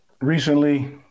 Recently